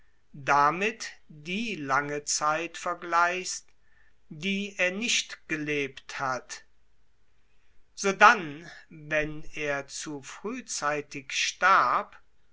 damit die lange zeit vergleichst die er nicht gelebt hat sodann wenn er zu frühzeitig starb